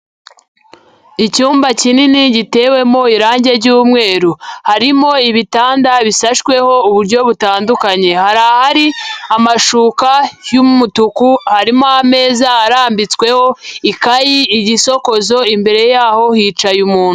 Icyumba kinini gitewemo irangi ry'umweru, harimo ibitanda bisashweho uburyo butandukanye, hari ahari amashuka y'umutuku, harimo ameza arambitsweho ikayi, igisokozo, imbere yaho hicaye umuntu.